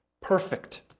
perfect